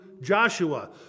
Joshua